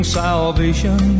salvation